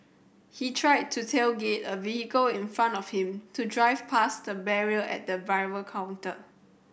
he tried to tailgate a vehicle in front of him to drive past a barrier at the arrival counter